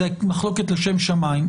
זו מחלוקת לשם שמיים.